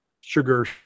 sugar